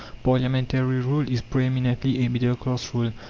parliamentary rule is pre-eminently a middle-class rule.